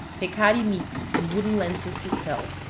peccari meat, and wooden lances to sell.